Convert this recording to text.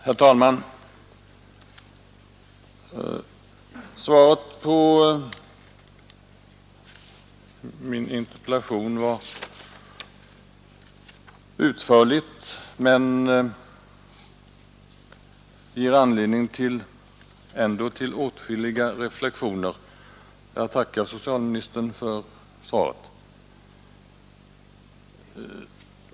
Herr talman! Svaret på min interpellation var utförligt men ger ändå anledning till åtskilliga reflexioner. Jag tackar socialministern för svaret.